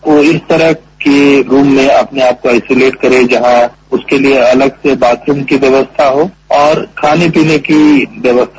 वो इस तरह के रूम में आइसोलेट करे जहां उसके लिए अलग से बाथरूम की व्यवस्था हो और खाने पीने की व्यवस्था